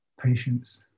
patience